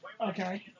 Okay